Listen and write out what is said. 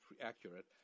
accurate